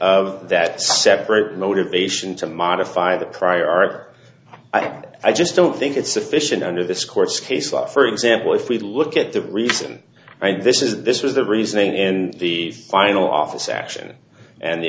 of that separate motivation to modify the prior art i just don't think it's sufficient under this court's case law for example if we look at the reason and this is this was the reasoning and the final office action and